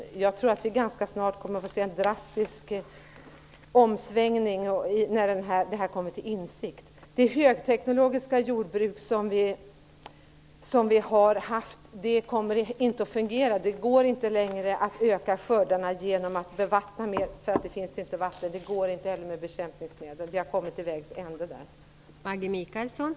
Men ganska snart, när man kommit till insikt om detta, får vi nog se en drastisk omsvängning. Det högteknologiska jordbruk som vi har haft kommer inte att fungera. Det går inte längre att öka skördarna genom att bevattna mera. Det finns ju inte vatten. Inte heller går det att öka skördarna genom användning av bekämpningsmedel. Där har vi kommit till vägs ände.